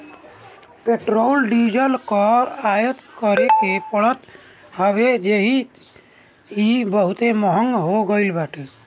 petrol diesel कअ आयात करे के पड़त हवे जेसे इ बहुते महंग हो गईल बाटे